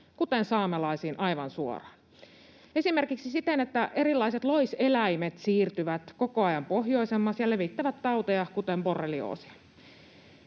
kuten saamelaisiin, aivan suoraan esimerkiksi siten, että erilaiset loiseläimet siirtyvät koko ajan pohjoisemmas ja levittävät tauteja, kuten borrelioosia.